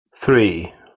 three